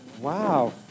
wow